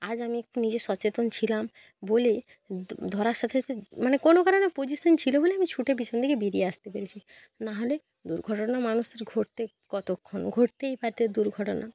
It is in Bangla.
আজ আমি একটু নিজে সচেতন ছিলাম বলে ধরার সাথে সাথে মানে কোনো কারণে পজিশান ছিলো বলে আমি ছুটে পেছন দিকে বেরিয়ে আসতে পেরেছি নাহলে দুর্ঘটনা মানুষের ঘটতে কতক্ষণ ঘটতেই পারতে দুর্ঘটনা